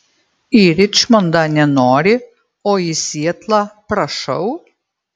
į ričmondą nenori o į sietlą prašau